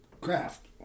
craft